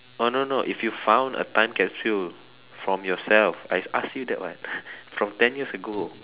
oh no no if you found a time capsule from yourself I ask you that what from ten years ago